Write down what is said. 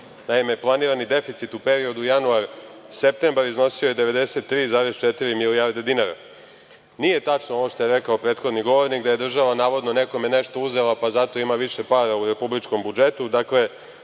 Naime, planirani deficit u periodu januar-septembar iznosio je 93,4 milijarde dinara. Nije tačno ono što je rekao prethodni govornik da je država navodno nekome nešto uzela pa zato ima više pare u republičkom budžetu.